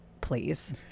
please